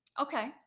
Okay